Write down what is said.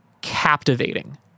captivating